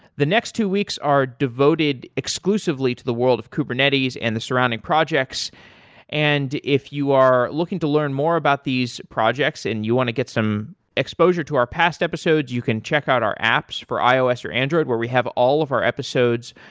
the next two weeks are devoted exclusively to the world of kubernetes and the surrounding projects and if you are looking to learn more about these projects and you want to get some exposure to our past episodes, you can check out our apps for ios or android, where we have all of our episodes,